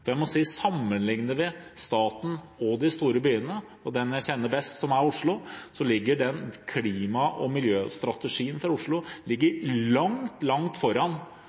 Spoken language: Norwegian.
Sammenligner vi staten og de store byene og den jeg kjenner best, som er Oslo, ligger klima- og miljøstrategien for Oslo langt, langt foran